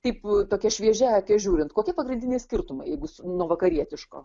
kaip tokia šviežia ake žiūrint kokie pagrindiniai skirtumai nuo vakarietiško